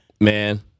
Man